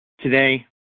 Today